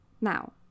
Now